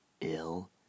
ill